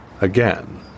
Again